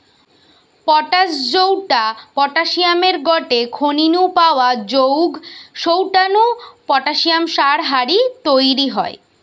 potash জউটা পটাশিয়ামের গটে খনি নু পাওয়া জউগ সউটা নু পটাশিয়াম সার হারি তইরি হয়